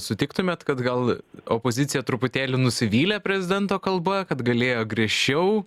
sutiktumėt kad gal opozicija truputėlį nusivylė prezidento kalba kad galėjo griežčiau